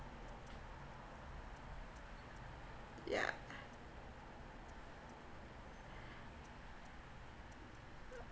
yeah